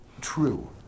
true